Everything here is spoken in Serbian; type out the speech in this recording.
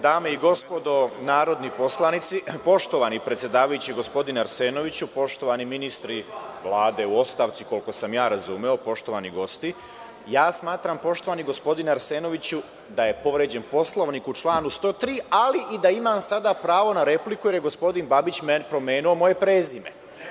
Dame i gospodo narodni poslanici, poštovani predsedavajući gospodine Arsenoviću, poštovani ministri Vlade u ostavci, koliko sam ja razumeo, poštovani gosti, ja smatram, poštovani gospodine Arsenoviću, da je povređen Poslovnik u članu 103, ali i da imam sada pravo na repliku jer je gospodin Babić pomenuo moje prezime.